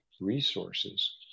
resources